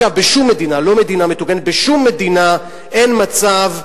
בשום מדינה אין מצב,